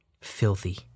filthy